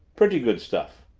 pretty good stuff.